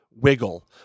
Wiggle